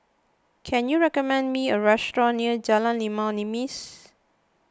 can you recommend me a restaurant near Jalan Limau Nipis